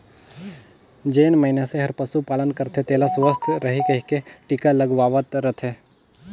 जेन मइनसे हर पसु पालन करथे तेला सुवस्थ रहें कहिके टिका लगवावत रथे